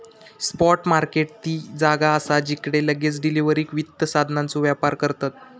spot market ती जागा असा जिकडे लगेच डिलीवरीक वित्त साधनांचो व्यापार करतत